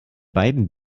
beiden